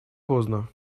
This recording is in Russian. поздно